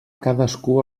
cadascú